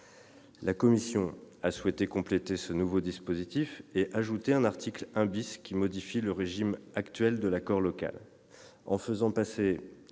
La commission a souhaité compléter ce nouveau dispositif et introduit un article 1 , visant à modifier le régime actuel de l'accord local